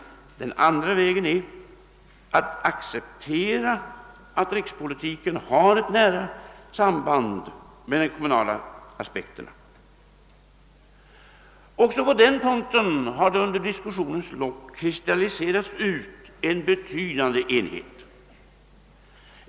Den andra vägen är att acceptera att rikspolitiken har ett nära samband med den kommunala aspekten. Också på den punkten har det under diskussionens lopp kristalliserats ut en betydande enighet.